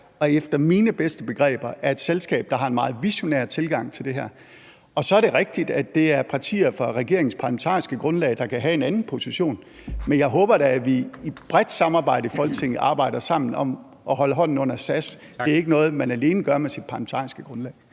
og efter mine bedste begreber er SAS et selskab, der har en meget visionær tilgang til det her. Så er det rigtigt, at der er partier fra regeringens parlamentariske grundlag, der kan have en anden position, men jeg håber da, at vi i et bredt samarbejde i Folketinget arbejder sammen om at holde hånden under SAS, for det er ikke noget, man alene gør med sit parlamentariske grundlag.